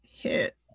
hit